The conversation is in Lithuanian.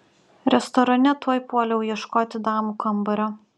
restorane tuoj puoliau ieškoti damų kambario